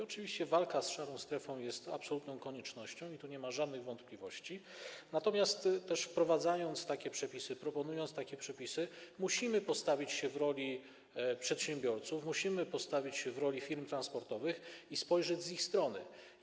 Oczywiście walka z szarą strefą jest absolutną koniecznością, tu nie ma żadnych wątpliwości, natomiast musimy też, wprowadzając takie przepisy, proponując takie przepisy, postawić się w roli przedsiębiorców, musimy postawić się w roli firm transportowych i spojrzeć z ich strony.